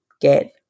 get